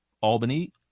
Albany